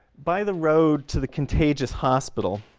by the road to the contagious hospital